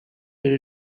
where